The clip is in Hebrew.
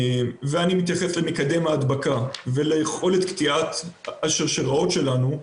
ואני מתייחס למקדם ההדבקה וליכולת קטיעת השרשראות שלנו,